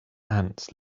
ants